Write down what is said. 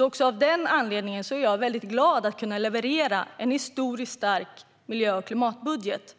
Också av den anledningen är jag väldigt glad över att kunna leverera en historiskt stark miljö och klimatbudget.